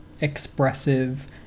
expressive